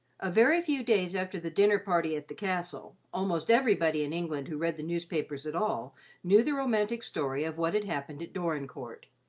a very few days after the dinner party at the castle, almost everybody in england who read the newspapers at all knew the romantic story of what had happened at dorincourt.